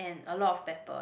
and a lot of pepper what